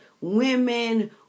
Women